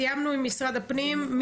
סיימנו עם משרד הפנים.